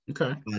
okay